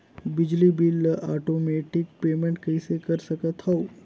बिजली बिल ल automatic payment कइसे कर सकथव?